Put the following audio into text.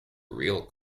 real